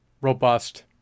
robust